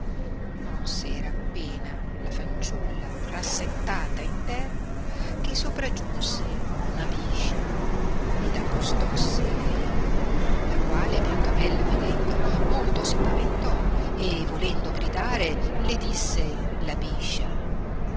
non s'era appena la fanciulla rassettata in terra che sopragiunse una biscia ed accostossi a lei la quale biancabella vedendo molto si paventò e volendo gridare le disse la biscia